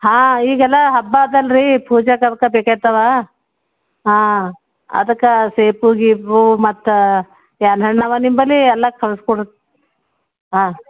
ಹಾಂ ಈಗೆಲ್ಲ ಹಬ್ಬ ಅದಲ್ರೀ ಪೂಜೆಗೆ ಅದಕ್ಕ ಬೇಕಾಗ್ತಾವ ಹಾಂ ಅದಕ್ಕೆ ಸೇಬು ಗೀಪೂ ಮತ್ತು ಏನು ಹಣ್ಣಿವೆ ನಿಮ್ಬಳಿ ಎಲ್ಲ ಕಳಿಸ್ಕೊಡ್ರಿ ಆಂ